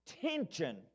tension